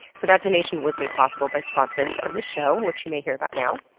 so that donation was made possible by sponsors of the show, which you may hear about now.